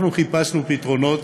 אנחנו חיפשנו פתרונות